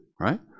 right